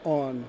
on